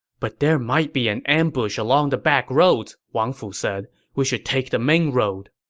but there might be an ambush along the backroads, wang fu said. we should take the main road.